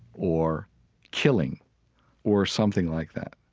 or killing or something like that.